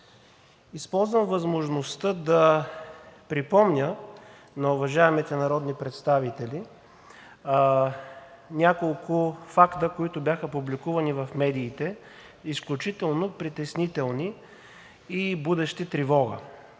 Използвам възможността да припомня на уважаемите народни представители няколко факта, които бяха публикувани в медиите, изключително притеснителни и будещи тревога.